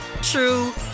true